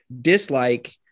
dislike